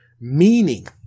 meaning